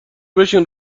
بشین